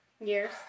years